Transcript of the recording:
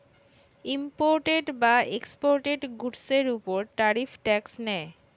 imported বা exported গুডসের উপর ট্যারিফ ট্যাক্স নেয়